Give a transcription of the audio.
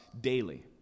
daily